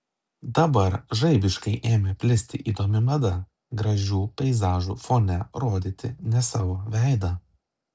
dabar žaibiškai ėmė plisti įdomi mada gražių peizažų fone rodyti ne savo veidą